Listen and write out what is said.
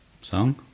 song